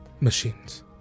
machines